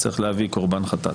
צריך להביא קורבן חטאת.